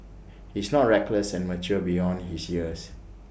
he's not reckless and mature beyond his years